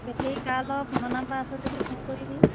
battery car ল'ৱ ফোনৰ number আছে যদি ফোন কৰিবি